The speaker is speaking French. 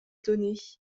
donnée